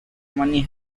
money